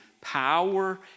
power